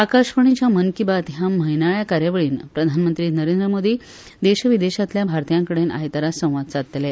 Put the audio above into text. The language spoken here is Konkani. आकाशवाणीच्या मन की बात म्हयनाळ्या कार्यावळींत प्रधानमंत्री नरेंद्र मोदी देशशविदेशांतल्या भारतीयां कडेन आयतारा संवाद सादतले